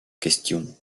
question